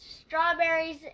strawberries